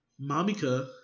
Mamika